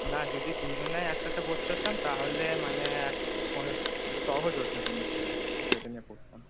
না যদি দুজনেই একসাথে ভর্তি হতাম তাহলে মানে সহজ হত জিনিসটা যেখানে পড়তাম